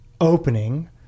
opening